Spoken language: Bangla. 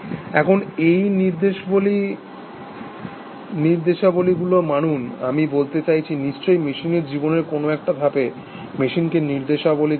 এখন এই নির্দেশাবলীগুলো মানুন আমি বলতে চাইছি নিশ্চই মেশিনের জীবনের কোনো একটা ধাপে মেশিনকে নির্দেশাবলী দেওয়া হয়